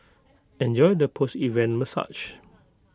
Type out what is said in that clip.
enjoy the post event massage